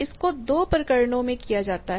इसको 2 प्रकरणों में किया जाता है